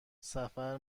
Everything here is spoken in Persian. سفر